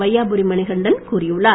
வையாபுரி மணிகண்டன் கூறியுள்ளார்